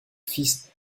fils